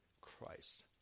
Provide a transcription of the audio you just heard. christ